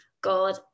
God